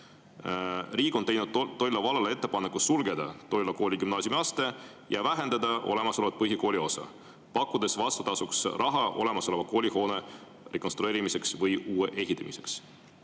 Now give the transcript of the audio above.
riik on teinud Toila vallale ettepaneku sulgeda Toila kooli gümnaasiumiaste ja vähendada olemasolevat põhikooliosa, pakkudes vastutasuks raha olemasoleva koolihoone rekonstrueerimiseks või uue ehitamiseks.